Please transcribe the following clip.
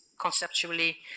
conceptually